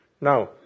Now